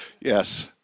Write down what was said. yes